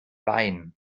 wein